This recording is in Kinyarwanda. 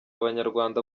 abanyarwanda